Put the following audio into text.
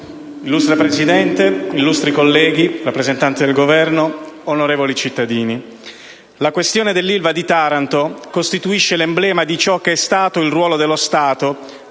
Presidente, illustri colleghi, rappresentanti del Governo, onorevoli cittadini, la questione dell'Ilva di Taranto costituisce l'emblema di ciò che è stato il ruolo dello Stato,